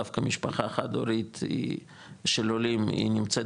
דווקא משפחה חד-הורית של עולים היא נמצאת